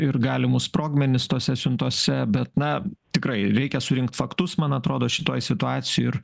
ir galimus sprogmenis tose siuntose bet na tikrai reikia surinkt faktus man atrodo šitoj situacijo ir